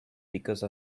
because